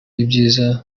ibyiza